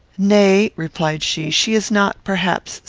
nay, replied she, she is not, perhaps,